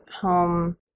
home